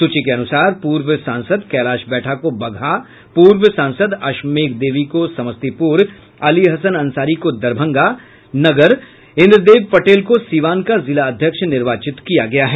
सूची के अनुसार पूर्व सांसद कैलाश बैठा को बगहा पूर्व सांसद अश्वमेघ देवी को समस्तीपुर अली हसन अंसारी को दरभंगा नगर इंद्रदेव पटेल को सीवान का जिला अध्यक्ष निर्वाचित किया गया है